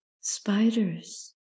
spiders